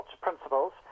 principles